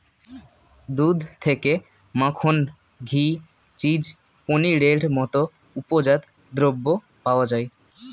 দুধ থেকে মাখন, ঘি, চিজ, পনিরের মতো উপজাত দ্রব্য পাওয়া যায়